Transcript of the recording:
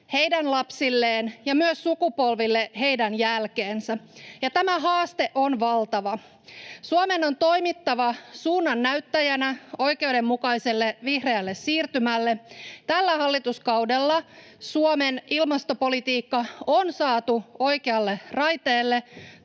heidän lapsilleen ja myös sukupolville heidän jälkeensä — ja tämä haaste on valtava. Suomen on toimittava suunnannäyttäjänä oikeudenmukaiselle vihreälle siirtymälle. Tällä hallituskaudella Suomen ilmastopolitiikka on saatu oikealle raiteelle.